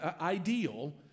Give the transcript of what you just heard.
ideal